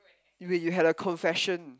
wait you had a confession